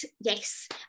yes